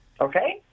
Okay